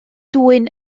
dwyn